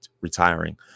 retiring